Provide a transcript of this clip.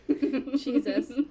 Jesus